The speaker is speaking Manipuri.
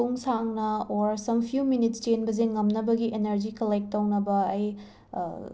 ꯄꯨꯡ ꯁꯥꯡꯅ ꯑꯣꯔ ꯁꯝ ꯐ꯭ꯌꯨ ꯃꯤꯅꯤꯠꯁ ꯆꯦꯟꯕꯁꯦ ꯉꯝꯅꯕꯒꯤ ꯑꯦꯅꯔꯖꯤ ꯀꯂꯦꯛ ꯇꯧꯅꯕ ꯑꯩ